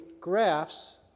graphs